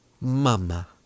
mama